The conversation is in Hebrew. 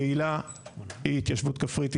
הקהילה היא התיישבות כפרית,